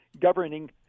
governing